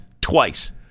twice